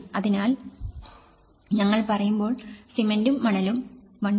അതിനാൽ ഞങ്ങൾ പറയുമ്പോൾ സിമന്റും മണലും 1